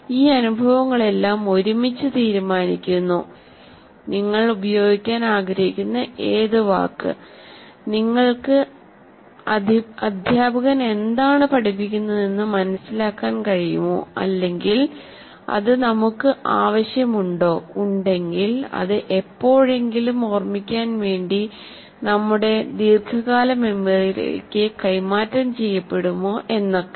ഈ അനുഭവങ്ങളെല്ലാം ഒരുമിച്ച് തീരുമാനിക്കുന്നു നിങ്ങൾ ഉപയോഗിക്കാൻ ആഗ്രഹിക്കുന്ന ഏത് വാക്ക് നിങ്ങൾക്ക് അധ്യാപകൻ എന്താണ് പഠിപ്പിക്കുന്നതെന്ന് മനസിലാക്കാൻ കഴിയുമോ അല്ലെങ്കിൽ അത് നമുക്ക് ആവശ്യമുണ്ടോഉണ്ടെങ്കിൽ അത് എപ്പോഴെങ്കിലും ഓർമ്മിക്കാൻ വേണ്ടി അത് നമ്മുടെ ദീർഘകാല മെമ്മറിയിലേക്ക് കൈമാറ്റം ചെയ്യപ്പെടുമോ എന്നൊക്കെ